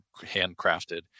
handcrafted